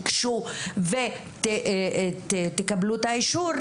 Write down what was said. תיגשו ותקבלו את האישור,